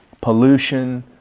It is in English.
pollution